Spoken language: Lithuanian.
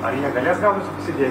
ar jie galės gauti subsidiją